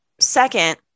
Second